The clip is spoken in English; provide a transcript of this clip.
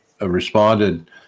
responded